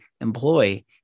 employ